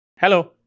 Hello